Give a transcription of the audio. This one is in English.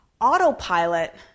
autopilot